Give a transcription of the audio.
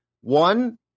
One